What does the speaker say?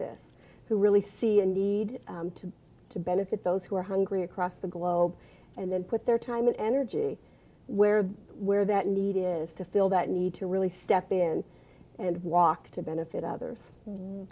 this who really see a need to to benefit those who are hungry across the globe and then put their time and energy where where that need is to fill that need to really step in and walk to benefit others